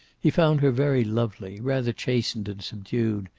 he found her very lovely, rather chastened and subdued,